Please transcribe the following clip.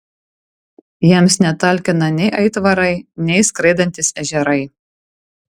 jiems netalkina nei aitvarai nei skraidantys ežerai